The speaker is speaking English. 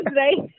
right